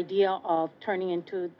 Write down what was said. idea of turning into